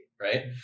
right